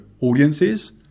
audiences